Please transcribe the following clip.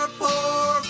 poor